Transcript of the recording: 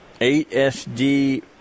ASD